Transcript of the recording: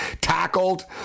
tackled